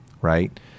right